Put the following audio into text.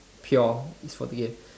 pure